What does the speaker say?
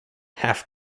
half